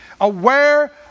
Aware